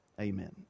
Amen